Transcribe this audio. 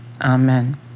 Amen